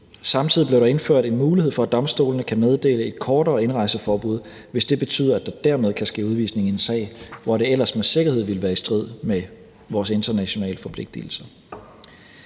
Samtidig blev der indført en mulighed for, at domstolene kan meddele et kortere indrejseforbud, hvis det betyder, at der dermed kan ske udvisning i en sag, hvor det ellers med sikkerhed ville være i strid med vores internationale forpligtigelser.